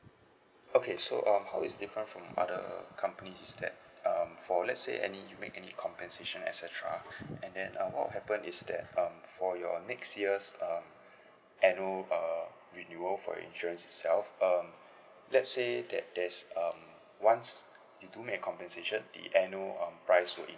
okay so um how it's different from other company is that um for let's say any you make any compensation etcetera and then um what will happen is that um for your next year's err annual err renewal for insurance itself err let's say there's there's um once you do make a compensation the annual um price would